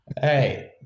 Hey